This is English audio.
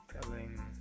telling